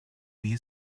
vee